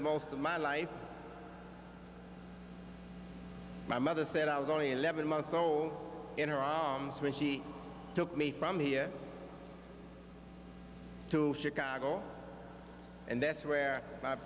most of my life my mother said i was only eleven months old in her arms when she took me from here to chicago and that's where my